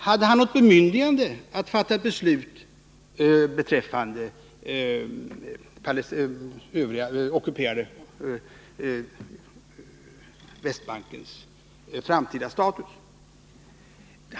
Hade han något bemyndigande att fatta ett beslut beträffande den ockuperade Västbankens framtida status?